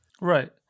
right